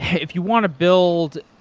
if you want to build,